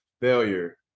failure